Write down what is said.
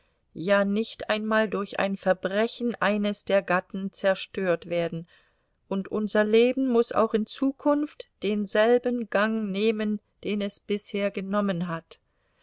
ja nicht einmal durch ein verbrechen eines der gatten zerstört werden und unser leben muß auch in zukunft denselben gang nehmen den es bisher genommen hat